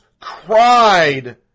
cried